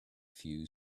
few